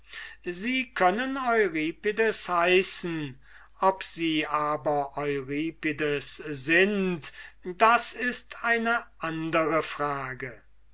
sie können euripides heißen ob sie aber euripides sind das ist eine andere frage